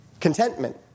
contentment